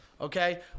Okay